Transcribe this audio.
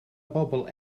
bobl